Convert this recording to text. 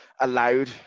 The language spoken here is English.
allowed